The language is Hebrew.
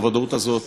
והוודאות הזאת